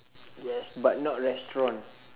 yes but not restaurant